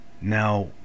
Now